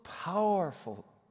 powerful